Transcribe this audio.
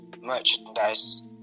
merchandise